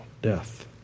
death